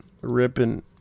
ripping